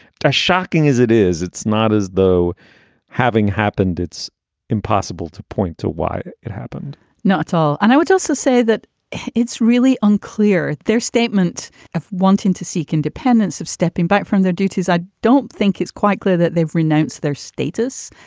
shocking as it is, it's not as though having happened. it's impossible to point to why it happened not at all. and i would also say that it's really unclear. their statement of wanting to seek independence, of stepping back from their duties, i don't think it's quite clear that they've renounced their status.